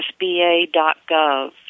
sba.gov